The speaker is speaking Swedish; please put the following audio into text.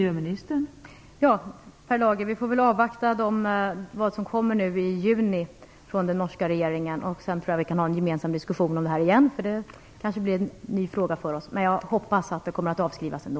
Fru talman! Vi får väl avvakta vad som kommer i juni från den norska regeringen. Sedan kan vi ha en gemensam diskussion om detta. Det kan bli en ny fråga för oss, men jag hoppas att frågan kommer att avskrivas då.